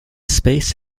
space